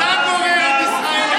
הבטחנו וקיימנו.